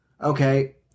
okay